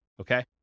okay